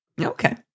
Okay